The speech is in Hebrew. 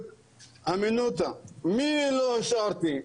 מי לא אישרתי,